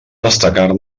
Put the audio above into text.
destacar